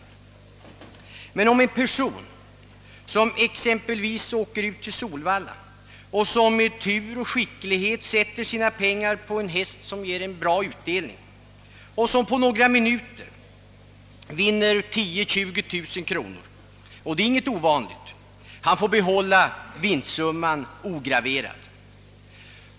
Men om en person reser ut till Solvalla och där med tur och skicklighet sätter sina pengar på en häst som ger bra utdelning, så att han på några minuter vinner 10 000—-20 000 kronor — vilket inte är ovanligt — så får den spelande däremot behålla vinstsumman ograverad.